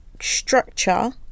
structure